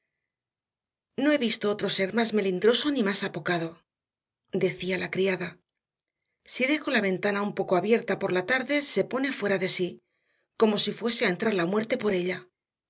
no he visto otro ser más melindroso ni más apocado decía la criada si dejo la ventana un poco abierta por la tarde se pone fuera de sí como si fuese a entrar la muerte por ella